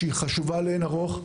שהיא חשובה לאין ערוך,